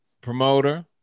Promoter